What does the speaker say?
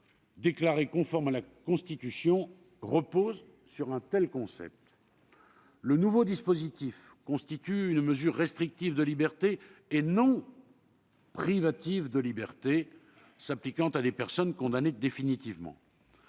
déclarées conformes à la Constitution, reposent sur ce concept. Deuxièmement, le nouveau dispositif constitue une mesure restrictive de liberté et non privative de liberté, s'appliquant à des personnes condamnées définitivement.